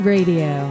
Radio